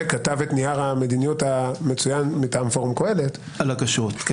וכתב את נייר המדיניות המצוין על הכשרות מטעם פורום קהלת.